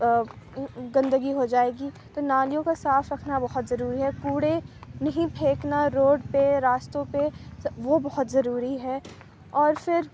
گندگی ہو جائے گی تو نالیوں کا صاف رکھنا بہت ضروری ہے کوڑے نہیں پھینکنا ہے روڈ پہ راستوں پہ وہ بہت ضروری ہے اور پھر